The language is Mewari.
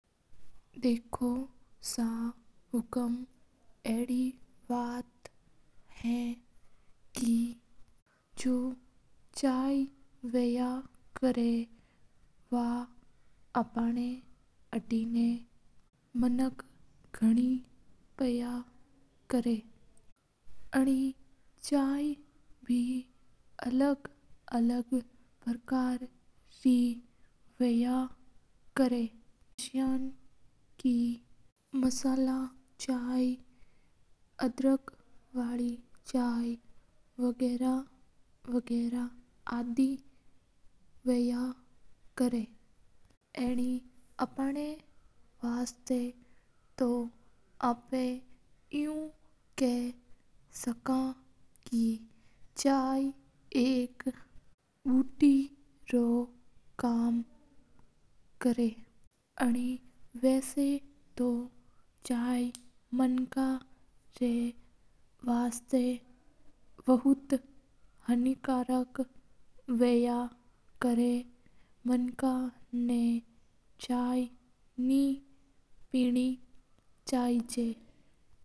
देखो सा हुकूम अडी बात हवे के अपना आतूं चाय मनका जायद पिया करा और चाय बे अलग-अलग प्रकार री हुआ करा हा। और जसा के मसाला चाय, अद्रक चाय, अड़ी गणी ची हुई करा है अपना ऐं तो चाय हुआ करा जाओ मसाला रो काम करया करा हा।